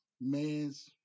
man's